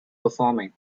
performing